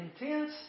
intense